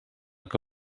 que